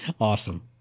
Awesome